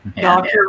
Doctor